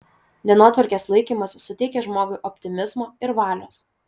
dienotvarkės laikymasis suteikia žmogui optimizmo ir valios